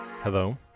Hello